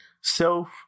self